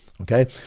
okay